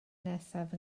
nesaf